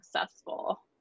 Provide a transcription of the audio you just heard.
successful